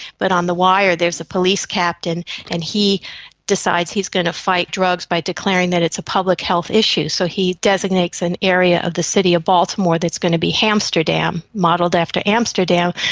but on the wire there's a police captain and he decides he's going to fight drugs by declaring that it's a public health issue, so he designates an area of the city of baltimore that's going to be hamsterdam, modelled after amsterdam,